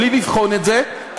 בלי לבחון את זה,